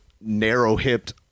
narrow-hipped